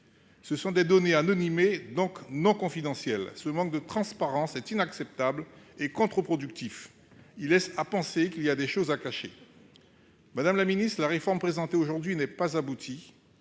anonymes ; elles ne sont donc pas confidentielles. Ce manque de transparence est inacceptable et contre-productif. Il laisse à penser qu'il y a des choses à cacher. Madame la ministre, la réforme présentée aujourd'hui n'est pas aboutie